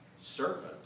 servant